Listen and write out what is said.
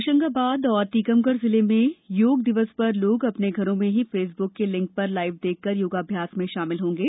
होशंगाबाद और टीकमगढ जिले में योग दिवस पर लोग अपने घर में ही फेसबुक की लिंक पर लाइव देख कर योगाभ्यास में शामिल होंगे